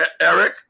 Eric